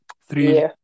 Three